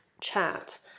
chat